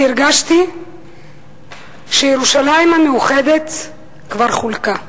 זה כאב, כי הרגשתי שירושלים המאוחדת כבר חולקה.